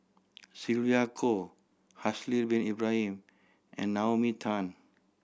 Sylvia Kho Haslir Bin Ibrahim and Naomi Tan